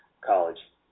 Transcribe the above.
college